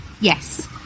yes